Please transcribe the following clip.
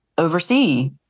Oversee